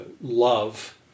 love